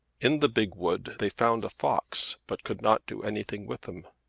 in the big wood they found a fox but could not do anything with him.